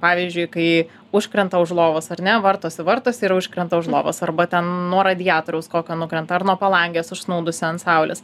pavyzdžiui kai užkrenta už lovos ar ne vartosi vartosi ir užkrenta už lovos arba ten nuo radiatoriaus kokio nukrenta ar nuo palangės užsnūdusi ant saulės